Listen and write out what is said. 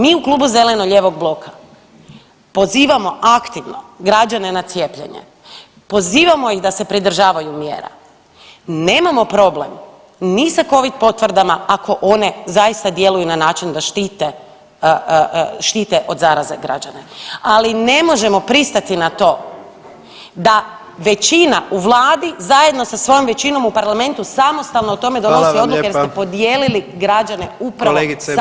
Mi u Klubu zeleno-lijevog bloka pozivamo aktivno građane na cijepljenje, pozivamo ih da se pridržavaju mjera, nemamo problem ni sa covid potvrdama ako one zaista djeluju na način da štite od zaraze građane, ali ne možemo pristati na to da većina u Vladi zajedno sa svojom većinom u Parlamentu samostalno o tome [[Upadica predsjednik: Hvala vam lijepa.]] donose odluke jer ste podijelili građane upravo [[Upadica predsjednik: Kolegice Benčić, hvala vam lijepo.]] samo zbog toga.